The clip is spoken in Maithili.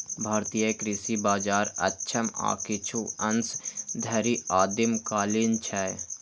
भारतीय कृषि बाजार अक्षम आ किछु अंश धरि आदिम कालीन छै